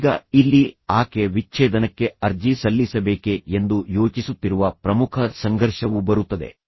ಈಗ ಇಲ್ಲಿ ಆಕೆ ವಿಚ್ಛೇದನಕ್ಕೆ ಅರ್ಜಿ ಸಲ್ಲಿಸಬೇಕೇ ಎಂದು ಯೋಚಿಸುತ್ತಿರುವ ಪ್ರಮುಖ ಸಂಘರ್ಷವು ಬರುತ್ತದೆ